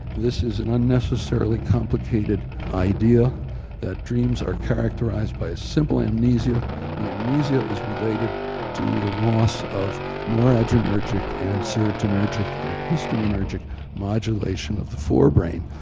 this is an unnecessarily complicated idea that dreams are characterised by a simple amnesia the amnesia is related to the loss of noradrenergic and serotonergic and histaminergic modulation of the fore-brain.